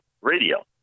radio